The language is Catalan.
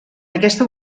aquesta